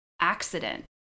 accident